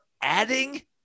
adding